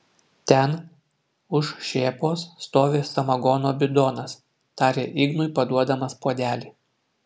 ten už šėpos stovi samagono bidonas tarė ignui paduodamas puodelį